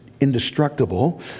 indestructible